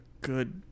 good